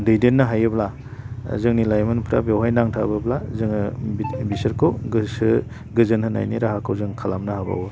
दैदेननो हायोब्ला जोंनि लाइमोनफोरा बेवहाय नांथाबोब्ला जोङो बिसोरखौ गोसो गोजोन होनायनि राहाखौ जों खालामनो हाबावो